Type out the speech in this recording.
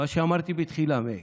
מה שאמרתי בתחילה, מאיר.